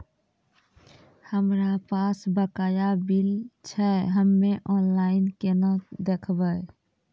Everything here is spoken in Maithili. हमरा पास बकाया बिल छै हम्मे ऑनलाइन केना देखबै?